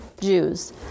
Jews